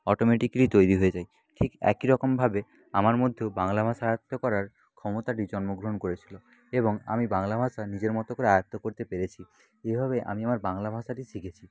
automatically তৈরি হয়ে যায় ঠিক একই রকমভাবে আমার মধ্যেও বাংলা ভাষা আয়ত্ত করার ক্ষমতাটি জন্মগ্রহণ করেছিল এবং আমি বাংলা ভাষা নিজের মতো করে আয়ত্ত করতে পেরেছি এভাবেই আমি আমার বাংলা ভাষাটি শিখেছি